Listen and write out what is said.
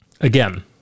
Again